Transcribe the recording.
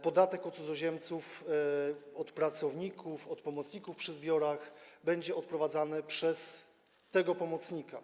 Podatek od cudzoziemców, od pracowników, od pomocników przy zbiorach będzie odprowadzany przez tego pomocnika.